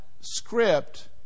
script